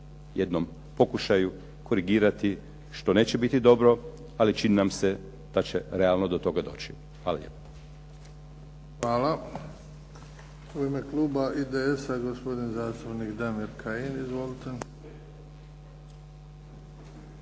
jednom pokušaju korigirati što neće biti dobro ali čini nam se da će realno do toga doći. Hvala lijepa. **Bebić, Luka (HDZ)** Hvala. U ime kluba IDS-a gospodin zastupnik Damir Kajin. Izvolite.